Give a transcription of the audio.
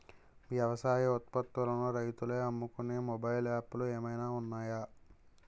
వ్యవసాయ ఉత్పత్తులను రైతులు అమ్ముకునే మొబైల్ యాప్ లు ఏమైనా ఉన్నాయా?